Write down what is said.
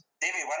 David